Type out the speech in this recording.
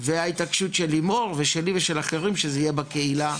והייתה התעקשות של לימור ושלי ושל אחרים שזה יהיה בקהילה,